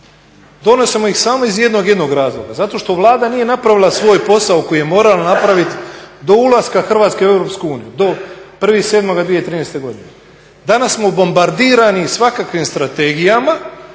donosimo ih samo iz jednog jedinog razloga zato što Vlada nije napravila svoj posao koji je morala napraviti do ulaska Hrvatske u EU do 1.7.2013.godine. Danas smo bombardirani svakakvim strategijama